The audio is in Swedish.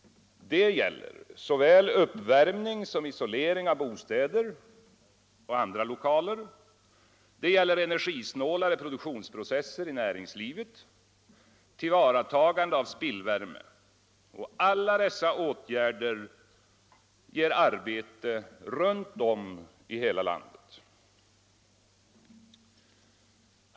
Det gäller såväl uppvärmning som isolering av bostäder och andra lokaler. Det gäller energisnålare produktionsprocesser i näringslivet, tillvaratagande av spillvärme. Alla dessa åtgärder ger arbete runt om i hela landet.